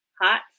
hot